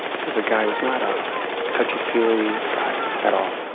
this is a guy who is not a touchy-feely guy at all.